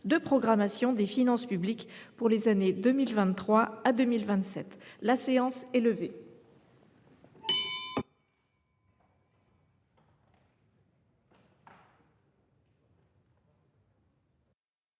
de programmation des finances publiques pour les années 2023 à 2027 (texte de